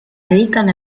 dedican